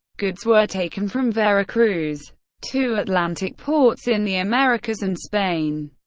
goods were taken from veracruz to atlantic ports in the americas and spain.